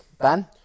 Ben